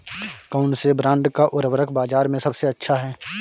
कौनसे ब्रांड का उर्वरक बाज़ार में सबसे अच्छा हैं?